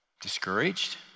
Discouraged